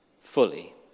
fully